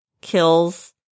kills